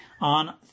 on